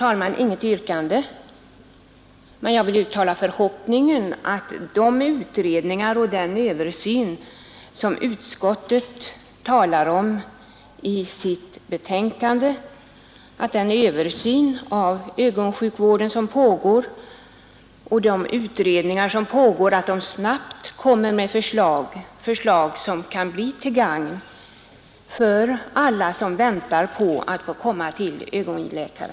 Jag har inget yrkande, men jag vill uttala förhoppningen att den översyn av sjukvården och de utredningar som pågår och som omnämns i utskottsbetänkandet snabbt resulterar i förslag — förslag som kan bli till gagn för alla som väntar på att få komma till ögonläkare.